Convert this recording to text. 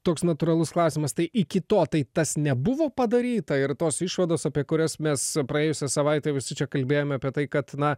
toks natūralus klausimas tai iki to tai tas nebuvo padaryta ir tos išvados apie kurias mes praėjusią savaitę visi čia kalbėjome apie tai kad na